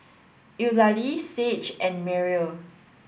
Eulalie Sage and Myrl